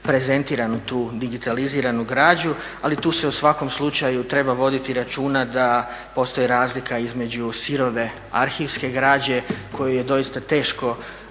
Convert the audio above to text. prezentiranu tu digitaliziranu građu, ali tu se u svakom slučaju treba voditi računa da postoji razlika između sirove arhivske građe koju je doista teško